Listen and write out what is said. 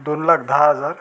दोन लाख दहा हजार